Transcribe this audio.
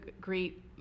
great